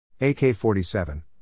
AK-47